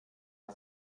hat